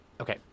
Okay